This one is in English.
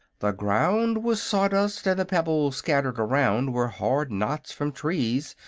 the ground was sawdust and the pebbles scattered around were hard knots from trees,